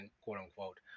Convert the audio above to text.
quote-unquote